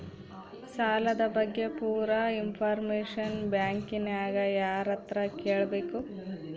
ಸಾಲದ ಬಗ್ಗೆ ಪೂರ ಇಂಫಾರ್ಮೇಷನ ಬ್ಯಾಂಕಿನ್ಯಾಗ ಯಾರತ್ರ ಕೇಳಬೇಕು?